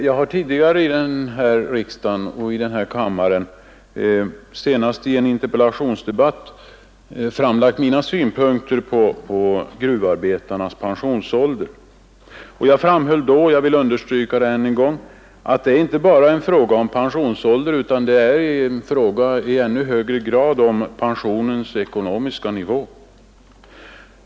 Jag har tidigare i denna kammare, senast i en interpellationsdebatt, framlagt mina synpunkter på gruvarbetarnas pensionsålder. Jag framhöll då och jag vill understryka det än en gång att det inte bara är fråga om pensionsåldern utan i ännu högre grad om pensionens ekonomiska nivå.